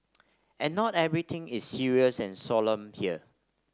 and not everything is serious and solemn here